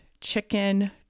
chicken